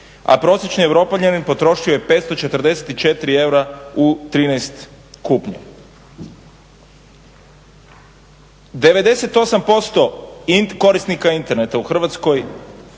a prosječni Europljanin potroši 544 eura u 13 kupnji. 98% korisnika interneta u Hrvatskoj